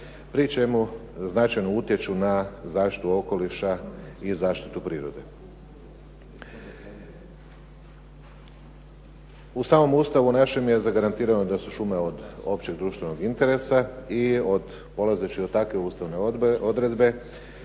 pri čemu značajno utječu na zaštitu okoliša i zaštitu prirode. U samom Ustavu našem je zagarantirano da su šume od općeg društvenog interesa i polazeći od takve ustavne odredbe